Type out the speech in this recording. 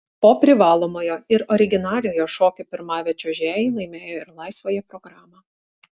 po privalomojo ir originaliojo šokių pirmavę čiuožėjai laimėjo ir laisvąją programą